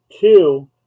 two